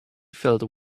felt